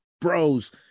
bros